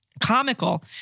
comical